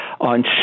on